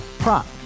Prop